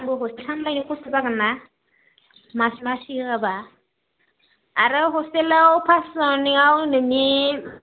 आंबो हस्टेल सामलायनो खस्थ' जागोन ना मास मासै होआब्ला आरो हस्टेलाव फार्स्ट हाबजेननायाव नोंनि